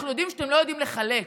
אנחנו יודעים שאתם לא יודעים לחלק,